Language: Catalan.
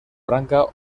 branca